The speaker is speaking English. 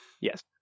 Yes